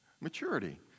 Maturity